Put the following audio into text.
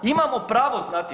Imamo pravo znati.